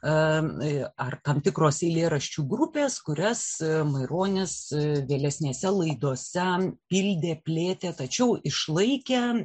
ar tam tikros eilėraščių grupės kurias maironis vėlesnėse laidose pildė plėtė tačiau išlaikė